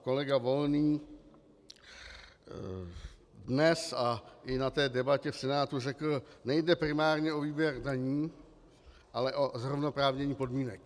Kolega Volný dnes i na debatě v Senátu řekl: nejde primárně o výběr daní, ale o zrovnoprávnění podmínek.